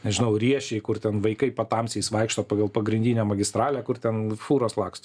nežinau riešėj kur ten vaikai patamsiais vaikšto pagal pagrindinę magistralę kur ten fūros laksto